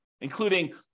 including